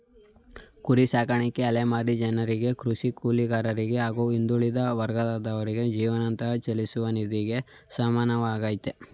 ಕುರಿ ಸಾಕಾಣಿಕೆ ಅಲೆಮಾರಿ ಜನರಿಗೆ ಕೃಷಿ ಕೂಲಿಗಾರರಿಗೆ ಹಾಗೂ ಹಿಂದುಳಿದ ವರ್ಗದವರಿಗೆ ಜೀವಂತ ಚಲಿಸುವ ನಿಧಿಗೆ ಸಮಾನವಾಗಯ್ತೆ